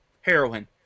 Heroin